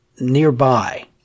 nearby